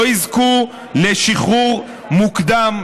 לא יזכו לשחרור מוקדם.